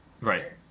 Right